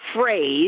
phrase